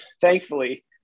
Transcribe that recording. thankfully